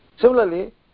Similarly